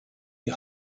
die